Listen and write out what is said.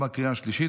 עשרה בעד,